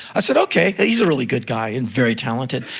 i said okay. he's a really good guy and very talented.